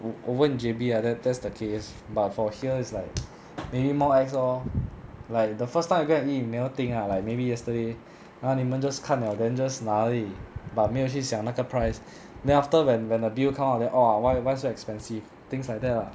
o~ over in J_B ah that that's the case but for here is like maybe more ex lor like the first time I go and eat never think lah like maybe yesterday !huh! 你们 just 看了 then just 拿而已 but 没有去想那个 price then after when when the bill come out then oh why why so expensive things like that lah